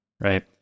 right